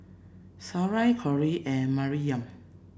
Sarai Cory and Maryam